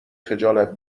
خجالت